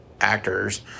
actors